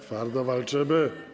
Twardo walczymy.